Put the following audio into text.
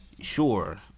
Sure